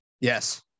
Yes